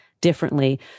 differently